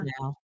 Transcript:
now